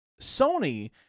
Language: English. Sony